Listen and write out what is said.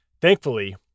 thankfully